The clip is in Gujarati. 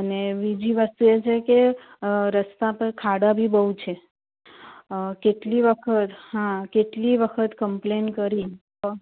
અને બીજી વાત તો એ છે કે રસ્તા પર ખાડા બી બહુ છે કેટલી વખત હા કેટલી વખત કૅમ્પલેન કરી પણ